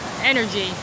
energy